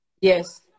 Yes